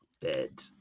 dead